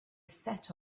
set